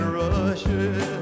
rushes